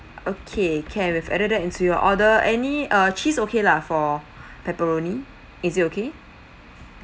okay can I've added into your order any uh cheese okay lah for pepperoni is it okay